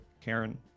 Karen